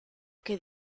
que